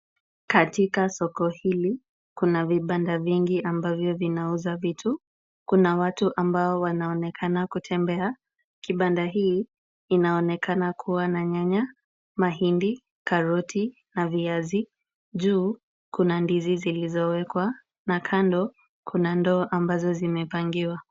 Katika soko hili kuna vibanda vingi ambavyo vinauza vitu. Kuna watu ambao wanaonekana kutembea. Kibanda hii inaonekana kuwa na nyanya, mahindi, karoti na viazi. Juu kuna ndizi zilizowekwa na kando kuna ndoo ambazo zimepangiwa.